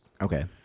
Okay